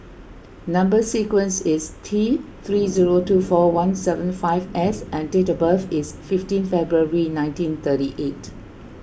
Number Sequence is T three zero two four one seven five S and date of birth is fifteen February nineteen thirty eight